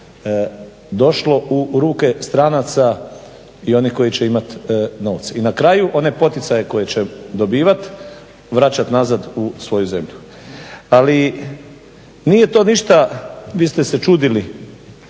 došlo u ruke stranaca i onih koji će imati novce i na kraju one poticaje koje će dobivati vraćati nazad u svoju zemlju. Ali nije to ništa vi ste se čudili